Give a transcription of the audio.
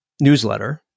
newsletter